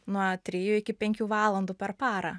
nuo trijų iki penkių valandų per parą